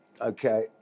Okay